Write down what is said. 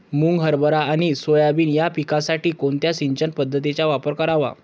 मुग, हरभरा आणि सोयाबीन या पिकासाठी कोणत्या सिंचन पद्धतीचा वापर करावा?